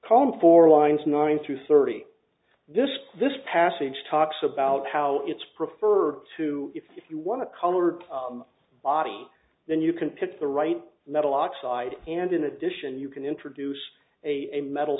column four lines nine through thirty this this passage talks about how it's preferred to if you want a colored body then you can pick the right metal oxide and in addition you can introduce a metal